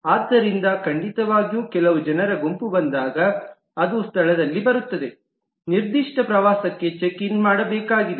ಆದ್ದರಿಂದ ಖಂಡಿತವಾಗಿಯೂ ಕೆಲವು ಜನರ ಗುಂಪು ಬಂದಾಗ ಅದು ಸ್ಥಳದಲ್ಲಿ ಬರುತ್ತದೆ ನಿರ್ದಿಷ್ಟ ಪ್ರವಾಸಕ್ಕಾಗಿ ಚೆಕ್ ಇನ್ ಮಾಡಬೇಕಾಗಿದೆ